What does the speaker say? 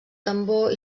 tambor